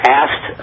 asked